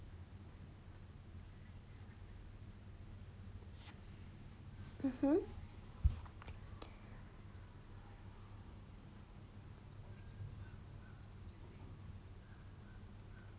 mmhmm